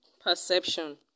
perception